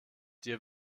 dir